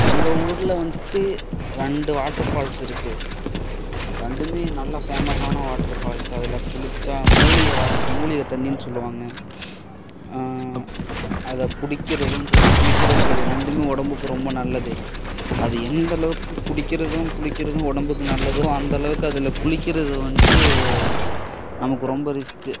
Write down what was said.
எங்கள் ஊரில் வந்துட்டு ரெண்டு வாட்டர் ஃபால்ஸ் இருக்குது ரெண்டுமே நல்லா ஃபேமஸ்ஸான வாட்ரு ஃபால்ஸ் அதில் குளித்தா மூலிகை வாட் மூலிகை தண்ணின்னு சொல்லுவாங்க அதை குடிக்கிறதும் சரி குளிக்கிறதும் சரி ரெண்டுமே உடம்புக்கு ரொம்ப நல்லது அது எந்தளவுக்கு குடிக்கிறதும் குளிக்கிறதும் உடம்புக்கு நல்லதோ அந்தளவுக்கு அதில் குளிக்கிறது வந்துட்டு நமக்கு ரொம்ப ரிஸ்க்கு